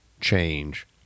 change